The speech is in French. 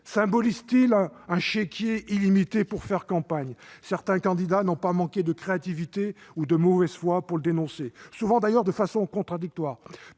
Symbolise-t-il un chéquier illimité destiné à faire campagne ? Certains candidats n'ont pas manqué de créativité ou de mauvaise foi pour le dénoncer, souvent, d'ailleurs, de façon contradictoire.